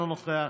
אינו נוכח,